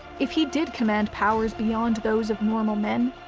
if he did command powers beyond those of normal men,